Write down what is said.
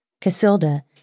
Casilda